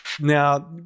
Now